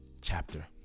chapter